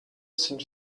sind